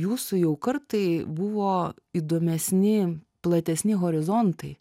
jūsų jau kartai buvo įdomesni platesni horizontai